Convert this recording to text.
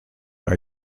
are